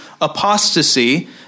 apostasy